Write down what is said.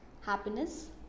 happiness